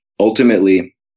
Ultimately